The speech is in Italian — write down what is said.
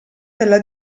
della